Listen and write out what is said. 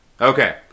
Okay